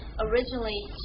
originally